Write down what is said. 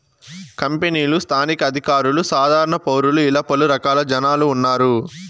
కంపెనీలు స్థానిక అధికారులు సాధారణ పౌరులు ఇలా పలు రకాల జనాలు ఉన్నారు